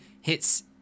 hits